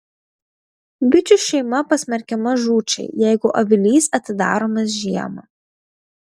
bičių šeima pasmerkiama žūčiai jeigu avilys atidaromas žiemą